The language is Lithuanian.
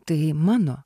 tai mano